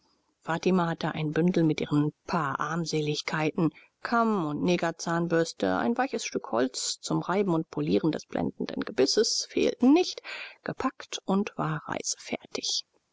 fatima hatte ein bündel mit ihren paar armseligkeiten kamm und negerzahnbürste ein weiches stück holz zum reiben und polieren des blendenden gebisses fehlten nicht gepackt und war reisefertig